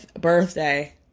birthday